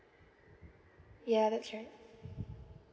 yeah that's right